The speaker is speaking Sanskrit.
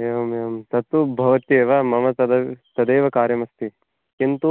एवम् एवं तत्तु भवत्येव मम तद् तदेव कार्यमस्ति किन्तु